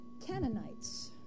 Canaanites